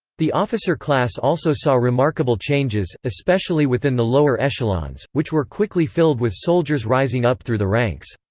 the officer class also saw remarkable changes, especially within the lower echelons, which were quickly filled with soldiers rising up through the ranks.